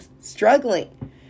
struggling